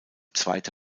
zweite